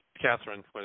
Catherine